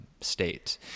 state